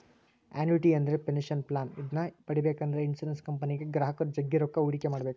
annuity ಅಂದ್ರೆ pension plan ಇದನ್ನ ಪಡೆಬೇಕೆಂದ್ರ ಇನ್ಶುರೆನ್ಸ್ ಕಂಪನಿಗೆ ಗ್ರಾಹಕರು ಜಗ್ಗಿ ರೊಕ್ಕ ಹೂಡಿಕೆ ಮಾಡ್ಬೇಕು